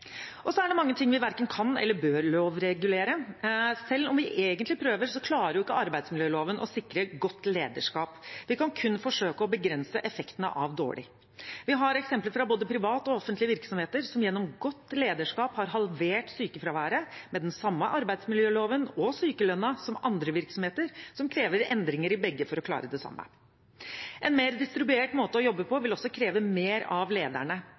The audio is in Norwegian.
ting vi verken kan eller bør lovregulere. Selv om vi egentlig prøver, klarer ikke arbeidsmiljøloven å sikre godt lederskap. Vi kan kun forsøke å begrense effektene av dårlig. Vi har eksempler fra både private og offentlige virksomheter som gjennom godt lederskap har halvert sykefraværet med den samme arbeidsmiljøloven og sykelønnen som andre virksomheter, som krever endringer i begge for å klare det samme. En mer distribuert måte å jobbe på vil også kreve mer av lederne.